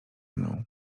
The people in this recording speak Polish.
mną